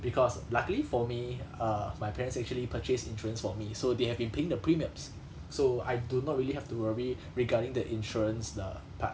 because luckily for me err my parents actually purchased insurance for me so they have been paying the premiums so I do not really have to worry regarding the insurance the part